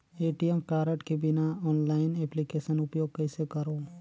ATM card के बिना online application उपयोग कइसे करो?